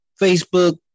Facebook